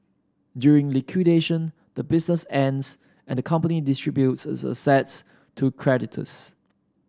during liquidation the business ends and the company distributes its assets to creditors